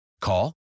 Call